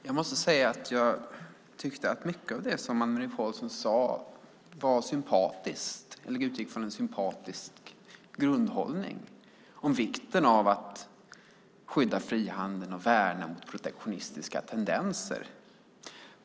Fru talman! Jag tyckte att mycket av det som Anne-Marie Pålsson sade var sympatiskt eller utgick från en sympatisk grundhållning om vikten av att skydda frihandeln och värna mot protektionistiska tendenser.